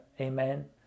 Amen